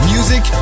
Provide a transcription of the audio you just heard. Music